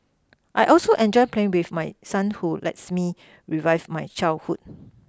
I also enjoy playing with my son which lets me relive my childhood